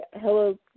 hello